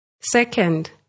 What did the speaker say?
Second